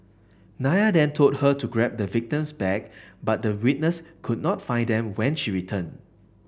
Nair then told her to grab the victim's bag but the witness could not find them when she returned